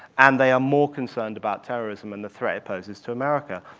and they are more concerned about terrorism and the threat it poses to america.